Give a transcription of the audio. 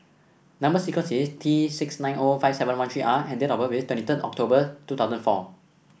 number sequence is T six nine O five seven one three R and date of birth is twenty third October two thosuand four